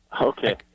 Okay